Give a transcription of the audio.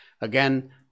again